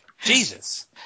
Jesus